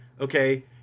okay